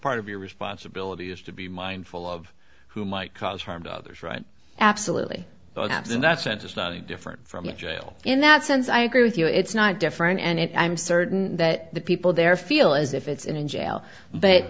part of your responsibility is to be mindful of who might cause harm to others right absolutely but absent that sense it's not different from a jail in that sense i agree with you it's not different and i'm certain that the people there feel as if it's in jail but